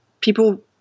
people